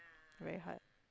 very hard